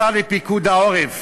השר לפיקוד העורף